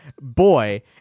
Boy